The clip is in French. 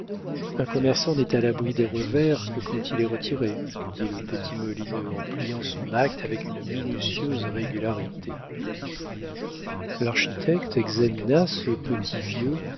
un commerçant n'est à l'abri des revers que quand il est retiré dit le petit molineux en pliant son acte avec une minutieuse régularité l'architecte examina ce petit vieux